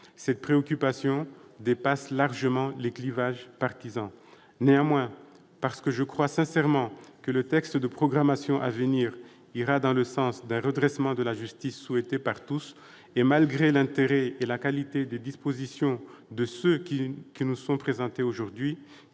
Cette préoccupation dépasse largement les clivages partisans. Néanmoins, parce que je crois sincèrement que le texte de programmation à venir ira dans le sens d'un redressement de la justice, souhaité par tous, et malgré l'intérêt et la qualité des dispositions qui nous sont présentées, lesquelles,